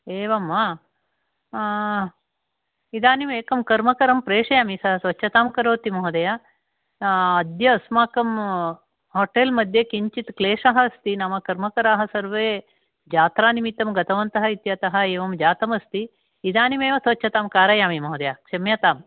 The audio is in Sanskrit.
एवं वा इदानीम् एकं कर्मकरं प्रेषयामि सः स्वच्छतां करोति महोदय अद्य अस्माकं होटेल्मध्ये किञ्चित् क्लेशः अस्ति नाम कर्मकराः सर्वे जात्रानिमित्तं गतवन्तः इत्यतः एवं जातमस्ति इदानीमेव स्वच्छतां कारयामि महोदय क्षम्यताम्